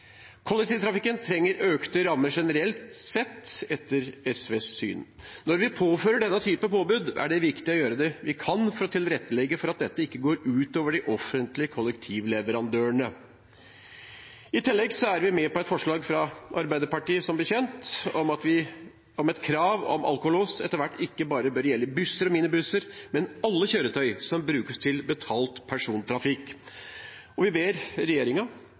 Kollektivtrafikken trenger økte rammer generelt sett, etter SVs syn. Når vi påfører denne typen påbud, er det viktig å gjøre det vi kan for å tilrettelegge for at dette ikke går ut over de offentlige kollektivleverandørene. I tillegg er vi som kjent med på et forslag fra Arbeiderpartiet om et krav om at alkolås etter hvert ikke bare bør gjelde busser og minibusser, men alle kjøretøy som brukes til betalt persontrafikk, og vi ber